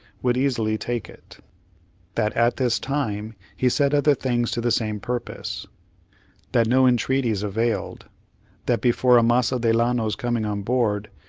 would easily take it that at this time he said other things to the same purpose that no entreaties availed that, before amasa delano's coming on board,